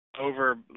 over